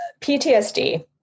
PTSD